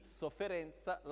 sofferenza